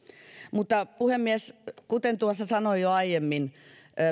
mutta puhemies kuten tuossa sanoin jo aiemmin